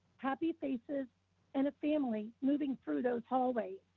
happy faces and a family moving through those hallways.